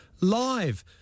live